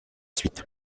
suite